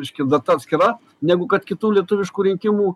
reiškia data atskira negu kad kitų lietuviškų rinkimų